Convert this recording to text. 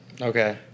Okay